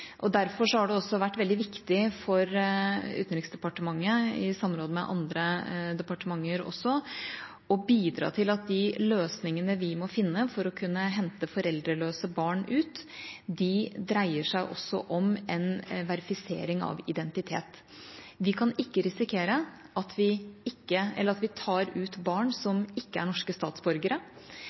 og derfor har det vært veldig viktig for Utenriksdepartementet – i samråd med andre departementer – å bidra til at de løsningene vi må finne for å kunne hente foreldreløse barn ut, også dreier seg om en verifisering av identitet. Vi kan ikke risikere at vi tar ut barn som ikke er norske statsborgere.